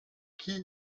qui